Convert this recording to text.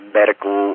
medical